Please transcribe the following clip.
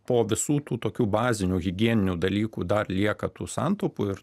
po visų tų tokių bazinių higieninių dalykų dar lieka tų santaupų ir